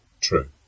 True